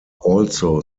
also